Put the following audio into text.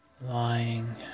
lying